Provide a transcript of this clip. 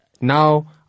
Now